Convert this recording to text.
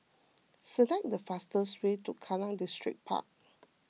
select the fastest way to Kallang Distripark